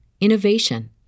innovation